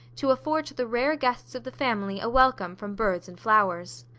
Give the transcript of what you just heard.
to afford to the rare guests of the family a welcome from birds and flowers.